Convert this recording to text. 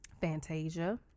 Fantasia